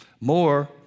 more